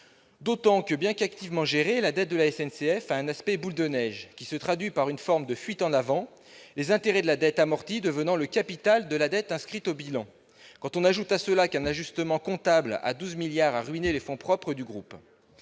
vrai que, bien qu'activement gérée, la dette de la SNCF a un aspect « boule de neige », qui se traduit par une forme de fuite en avant, les intérêts de la dette amortie devenant le capital de la dette inscrite au bilan. Ajoutons qu'un ajustement comptable à 12 milliards d'euros a ruiné les fonds propres du groupe